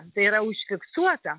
tai yra užfiksuota